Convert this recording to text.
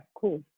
cool